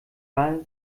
war